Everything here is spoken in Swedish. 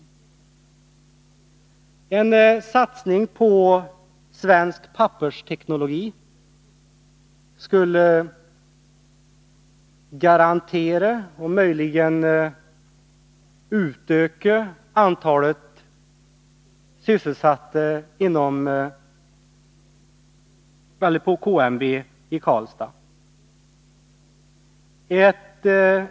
90 En satsning på svensk pappersteknologi skulle garantera sysselsättningen och möjligen utöka antalet sysselsatta på KMW i Karlstad.